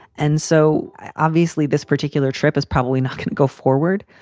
and so obviously this particular trip is probably not going to go forward.